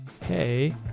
hey